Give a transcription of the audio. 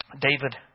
David